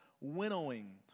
winnowing